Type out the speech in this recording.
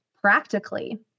practically